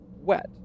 wet